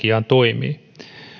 kaiken kaikkiaan toimii